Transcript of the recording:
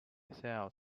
cells